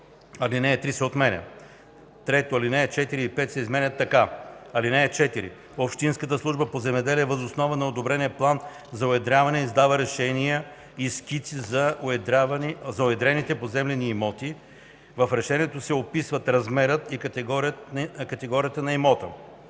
Алинея 3 се отменя. 3. Алинеи 4 и 5 се изменят така: „(4) Общинската служба по земеделие въз основа на одобрения план за уедряване издава решения и скици за уедрените поземлени имоти. В решението се описват размерът и категорията на имота,